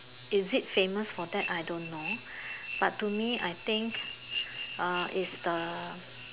is it famous for that I don't know but to me I think uh is the